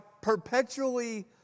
perpetually